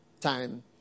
time